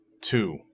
two